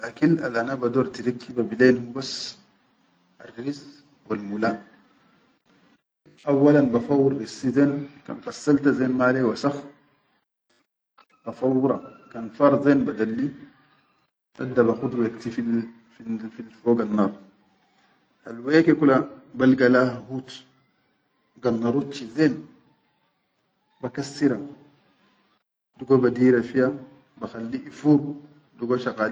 Al akil al bador tirikkiba bilen hubas arris wal mula, awwalan bafawwur rissi ze, kan qassalta zen male waskh, bafawwura kan faar zen badalli, haw bakhud wekti fil fil fogannar, alweke kula balga laha hut gannarucchi zen bakassira, dugu badira fiya bakhalli ifur.